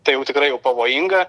tai jau tikrai jau pavojinga